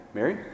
Mary